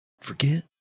forget